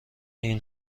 این